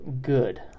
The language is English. good